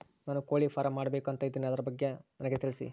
ನಾನು ಕೋಳಿ ಫಾರಂ ಮಾಡಬೇಕು ಅಂತ ಇದಿನಿ ಅದರ ಬಗ್ಗೆ ನನಗೆ ತಿಳಿಸಿ?